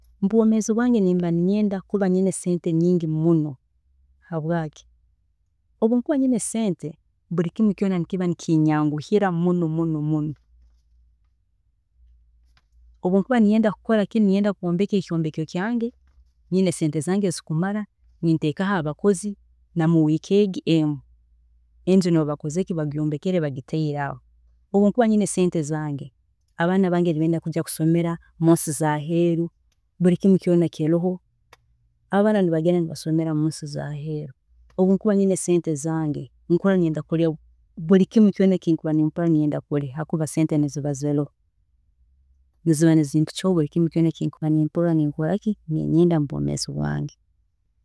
Mubwomeezi bwange nimba ninyenda kuba nyine sente nyingi muno, habwaaki, obu nkuba nyine sente buri kimu kyona nikinyanguhira muno muno muno, obu nkuba ninyenda kukora nk'okwombeka ekyombeko kyange, nyine sente zange ezikumara, nintekaho abakozi na mu week egi emu enju nibaba bakozire ki, bajyombekere bagitiire aho, obu nkuba nyine sente zange abaana bange nibaba nibasomera munsi ezaheeru, buri kimu kyoona kiroho, abaana nibagenda nibasomera munsi ezaheeru, obu nkuba nyine sente zange, buri kimu kyoona ekinkuba ninyenda kukora ninkikora habwokuba sente niziba zikozireki, sente niziba ziroho